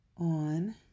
On